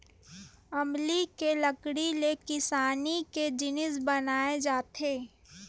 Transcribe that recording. अमली के लकड़ी ले किसानी के जिनिस बनाए जाथे